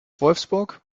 wolfsburg